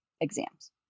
exams